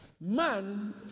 man